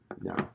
No